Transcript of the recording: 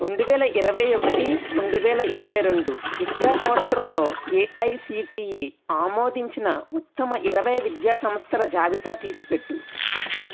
రెండు వేల ఇరవై ఒకటి రెండు వేల ఇరవై రెండు విద్య సంవత్సరంలో ఏఐసిటిఇ ఆమోదించిన ఉత్తమ ఇరవై విద్యా సంస్థల జాబితా తీసిపెట్టు